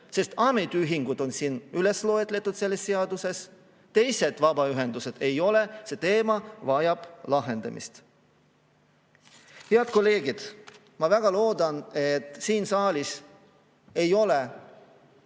sest ametiühingud on selles seaduses [kirjas], teised vabaühendused ei ole. See teema vajab lahendamist. Head kolleegid! Ma väga loodan, et siin saalis ei ole